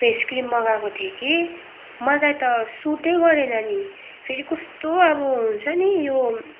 face cream मगाएको थिएँ कि मलाई त सुटै गरेन नि फेरि कस्तो अब हुन्छ नि यो